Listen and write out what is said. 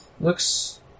looks